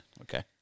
Okay